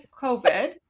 COVID